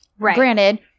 Granted